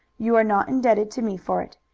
you are not indebted to me for it.